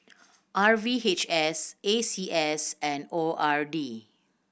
R V H S A C S and O R D